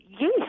yes